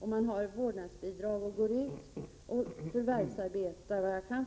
Om man har vårdnadsbidrag och går ut och förvärvsarbetar kommer vårdnadsbidraget, vad jag kan